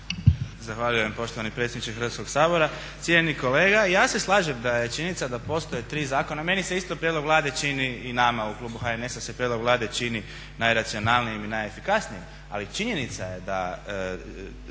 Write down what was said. Zahvaljujem poštovani predsjedniče Hrvatskoga sabora. Cijenjeni kolega i ja se slažem da je činjenica da postoje 3 zakona. Meni se isto prijedlog Vlade čini, i nama u klubu HNS-a se prijedlog Vlade čini najracionalnijim i najefikasnijim. Ali činjenica je da